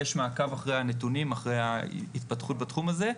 יש מעקב אחרי הנתונים, אחרי ההתפתחות בתחום הזה.